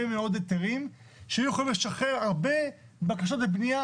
מאוד היתרים שהיו יכולים לשחרר הרבה בקשות לבנייה